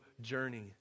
journey